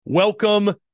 Welcome